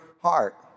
heart